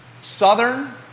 Southern